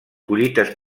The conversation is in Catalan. collites